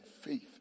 faith